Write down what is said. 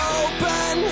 open